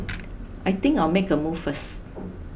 I think I'll make a move first